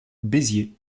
béziers